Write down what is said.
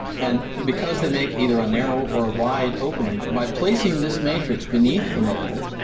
and because they make either a narrow or a wide opening, by placing this matrix beneath the mould,